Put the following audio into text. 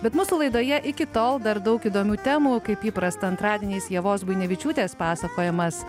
bet mūsų laidoje iki tol dar daug įdomių temų kaip įprasta antradieniais ievos buinevičiūtės pasakojamas